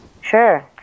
Sure